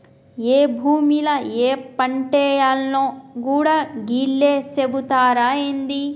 ఏ భూమిల ఏ పంటేయాల్నో గూడా గీళ్లే సెబుతరా ఏంది?